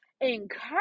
encourage